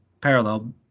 parallel